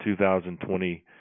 2020